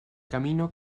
camino